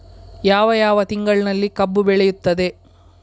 ಯಾವ ಯಾವ ತಿಂಗಳಿನಲ್ಲಿ ಕಬ್ಬು ಬೆಳೆಯುತ್ತದೆ?